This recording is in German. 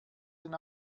den